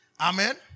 Amen